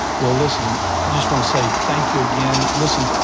well listen, i just want to say thank you again. listen,